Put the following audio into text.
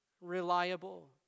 reliable